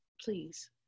please